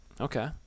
Okay